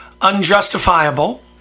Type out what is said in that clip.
Unjustifiable